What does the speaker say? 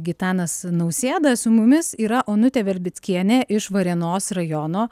gitanas nausėda su mumis yra onutė verbickienė iš varėnos rajono